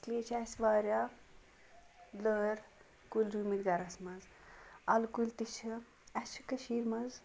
اس لیے چھِ اَسہِ واریاہ لٲر کُلۍ رویۍ مٕتۍ گرس منٛز اَلہٕ کُلۍ تہِ چھِ اَسہِ چھِ کٔشیٖر منٛز